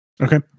Okay